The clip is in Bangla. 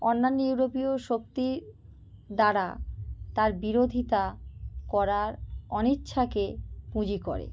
অন্যান্য ইউরোপীয় শক্তি দ্বারা তার বিরোধিতা করার অনিচ্ছাকে পুঁজি করে